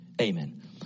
Amen